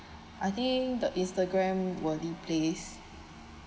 I think the instagram worthy place